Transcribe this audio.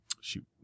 Shoot